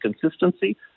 consistency